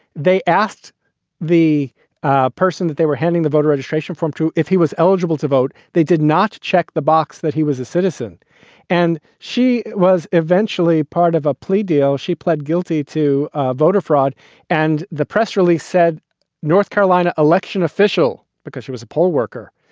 they asked the ah person that they were handing the voter registration form to if he was eligible to vote. they did not check the box that he was a citizen and she was eventually part of a plea deal. she pled guilty to ah voter fraud and the press release, said north carolina election official, because she was a poll worker,